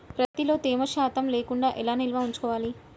ప్రత్తిలో తేమ శాతం లేకుండా ఎలా నిల్వ ఉంచుకోవాలి?